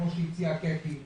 כפי שהציעה קטי שטרית,